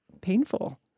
painful